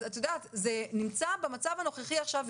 זה במצב הנוכחי עכשיו,